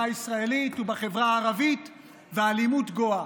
הישראלית ובחברה הערבית והאלימות גואה.